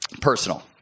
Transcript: Personal